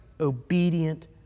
obedient